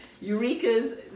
Eureka's